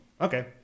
Okay